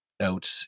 out